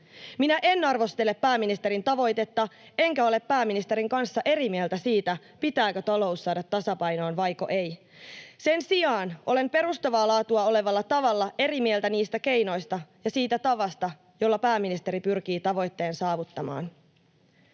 Minä en arvostele pääministerin tavoitetta enkä ole pääministerin kanssa eri mieltä siitä, pitääkö talous saada tasapainoon vaiko ei. Sen sijaan olen perustavaa laatua olevalla tavalla eri mieltä keinoista ja siitä tavasta, jolla pääministeri pyrkii tavoitteen saavuttamaan.